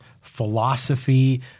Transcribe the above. philosophy